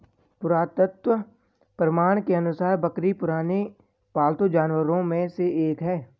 पुरातत्व प्रमाण के अनुसार बकरी पुराने पालतू जानवरों में से एक है